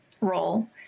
role